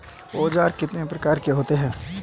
औज़ार कितने प्रकार के होते हैं?